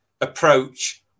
approach